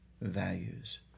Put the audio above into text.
values